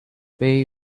pay